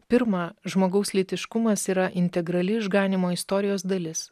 pirma žmogaus lytiškumas yra integrali išganymo istorijos dalis